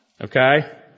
okay